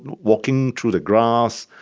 walking through the grass.